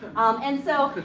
and so,